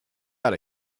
out